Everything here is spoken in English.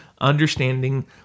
Understanding